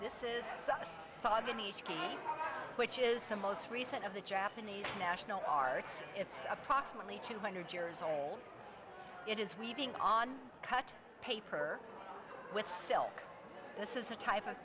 this is called in each case which is the most recent of the japanese national art it's approximately two hundred years old it is weaving on cut paper with silk this is a type of